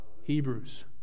Hebrews